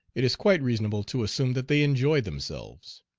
it is quite reasonable to assume that they enjoy themselves.